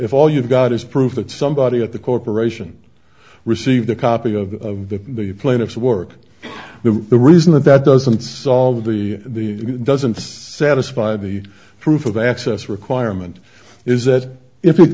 if all you've got is proof that somebody at the corporation received a copy of the plaintiff work with the reason that that doesn't solve the doesn't satisfy the proof of access requirement is that if